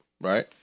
Right